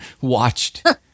watched